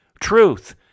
Truth